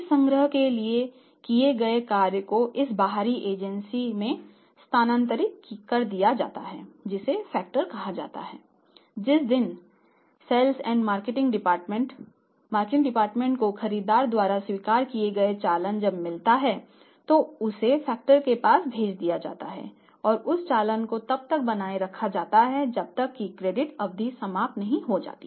इस संग्रह किए गए कार्य को इस बाहरी एजेंसी में स्थानांतरित कर दिया जाता है जिसे फैक्टर को खरीदार द्वारा स्वीकार किए गए चालान जब मिलता है तो उसे फैक्टर के पास भेज दिया जाता है और उस चालान को तब तक बनाए रखा जाता है जब तक कि क्रेडिट अवधि समाप्त नहीं हो जाती